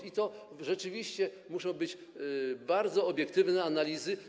I to rzeczywiście muszą być bardzo obiektywne analizy.